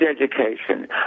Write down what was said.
education